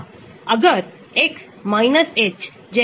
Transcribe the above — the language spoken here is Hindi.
तो अम्ल का रूप स्थिर होता है जब हम इलेक्ट्रॉन दान समूह होते हैं